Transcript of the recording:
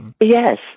Yes